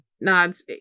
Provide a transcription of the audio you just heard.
Nods